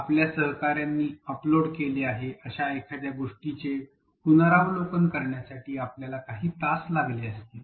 आपल्या सहकार्यांनी अपलोड केले आहे अशा एखाद्या गोष्टीचे पुनरावलोकन करण्यासाठी आपल्याला काही तास लागले असतील